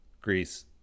Greece